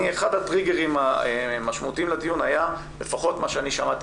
אחד הטריגרים המשמעותיים לדיון היה לפחות מה שאני שמעתי